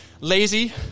Lazy